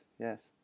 yes